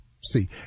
see